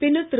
பின்னர் திரு